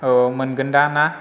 औ मोनगोनदां ना